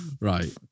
Right